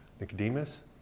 Nicodemus